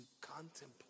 contemplate